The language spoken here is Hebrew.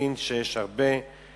צריך להבין שיש הרבה רגשות,